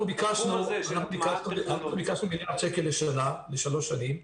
אנחנו ביקשנו מיליארד שקל לשנה, לשלוש שנים,